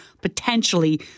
potentially